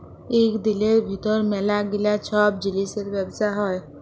ইক দিলের ভিতর ম্যালা গিলা ছব জিলিসের ব্যবসা হ্যয়